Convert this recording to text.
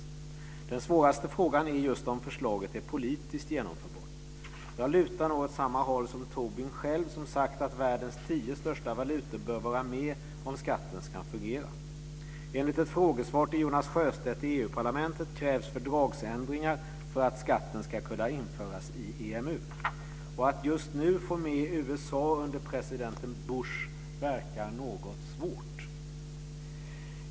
Den svåraste frågan är just om förslaget är politiskt genomförbart. Jag lutar nog åt samma håll som Tobin själv, som sagt att världens tio största valutor bör vara med om skatten ska fungera. Enligt ett frågesvar till Jonas Sjöstedt i EU-parlamentet krävs fördragsändringar för att skatten ska kunna införas i EMU. Och att just nu få med USA under president Bush verkar något svårt.